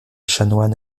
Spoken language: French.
chanoine